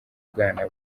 bwana